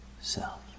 self